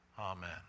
Amen